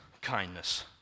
kindness